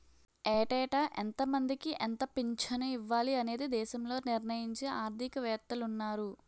ఏటేటా ఎంతమందికి ఎంత పింఛను ఇవ్వాలి అనేది దేశంలో నిర్ణయించే ఆర్థిక వేత్తలున్నారు